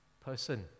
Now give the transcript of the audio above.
person